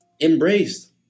embraced